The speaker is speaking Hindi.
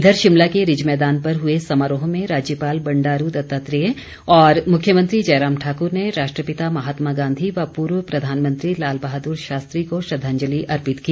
इधर शिमला के रिज मैदान पर हुए समारोह में राज्यपाल बंडारू दत्तात्रेय और मुख्यमंत्री जयराम ठाकुर ने राष्ट्रपिता महात्मा गांधी व पूर्व प्रधानमंत्री लाल बहादुर शास्त्री को श्रद्वांजलि अर्पित की